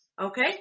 okay